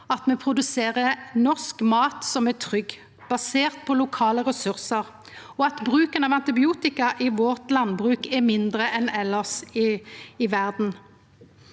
at me produserer norsk mat som er trygg, basert på lokale ressursar, og at bruken av antibiotika i landbruket vårt er mindre enn elles i verda.